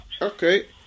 Okay